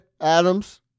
Adams